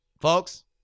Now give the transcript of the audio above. Folks